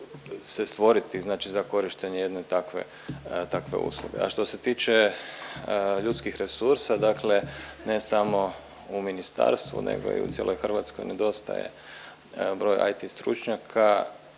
se stvoriti znači za korištenje jedne takve usluge, a što se tiče ljudskih resursa, dakle ne samo u ministarstvu nego i u cijeloj Hrvatskoj nedostaje broj IT stručnjaka